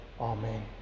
amen